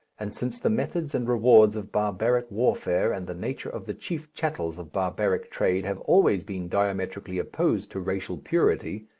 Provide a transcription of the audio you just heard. and since the methods and rewards of barbaric warfare and the nature of the chief chattels of barbaric trade have always been diametrically opposed to racial purity,